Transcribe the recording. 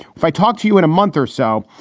if i talk to you in a month or so,